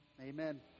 Amen